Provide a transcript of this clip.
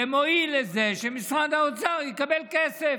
זה מועיל לזה שמשרד האוצר יקבל כסף,